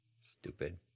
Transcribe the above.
Stupid